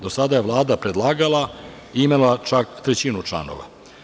Do sada je Vlada predlagala i imenovala čak trećinu članova.